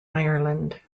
ireland